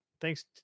thanks